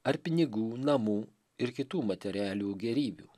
ar pinigų namų ir kitų materialių gėrybių